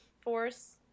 force